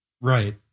Right